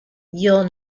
you’ll